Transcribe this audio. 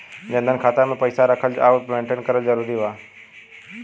जनधन खाता मे पईसा रखल आउर मेंटेन करल जरूरी बा?